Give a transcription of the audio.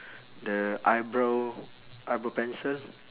the eyebrow eyebrow pencil